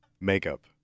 makeup